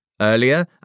Earlier